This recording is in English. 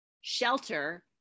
shelter